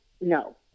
No